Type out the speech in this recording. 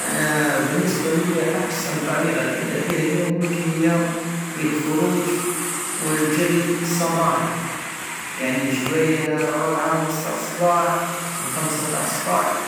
انا بالنسبة لية احسن طريقة تبدى بيها يومك هي بالخروج والجري صباحا يعني جوايه الربعة ونص تع الصباح الخمسة تع صباح